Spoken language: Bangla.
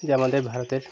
যে আমাদের ভারতের